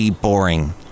Boring